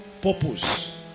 Purpose